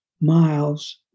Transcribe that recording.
miles